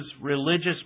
religious